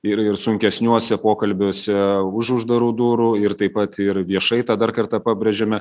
ir ir sunkesniuose pokalbiuose už uždarų durų ir taip pat ir viešai tą dar kartą pabrėžiame